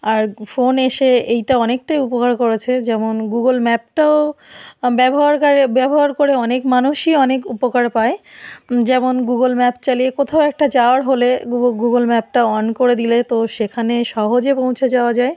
আর phone এসে এইটা অনেকটাই উপকার করেছে যেমন গুগল ম্যাপটাও ব্যবহার করে ব্যবহার করে অনেক মানুষই অনেক উপকার পায় যেমন গুগল ম্যাপ চালিয়ে কোথাও একটা যাওয়ার হলে গুগল ম্যাপটা অন করে দিলে তো সেখানে সহজে পৌঁছে যাওয়া যায়